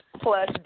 plus